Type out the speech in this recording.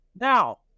Now